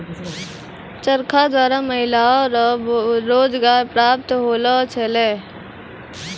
चरखा द्वारा महिलाओ रो रोजगार प्रप्त होलौ छलै